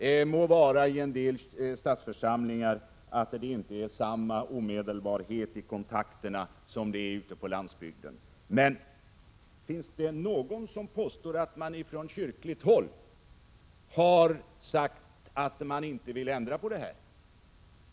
Det må vara att det i en del stadsförsamlingar inte är samma omedelbarhet i kontakten som ute på landsbygden, men finns det någon som påstår att man från kyrkligt håll har sagt att man inte vill ändra på detta?